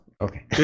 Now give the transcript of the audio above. okay